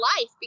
life